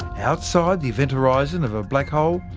outside the event horizon of a black hole,